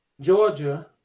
Georgia